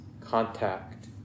contact